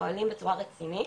פועלים בצורה רצינית.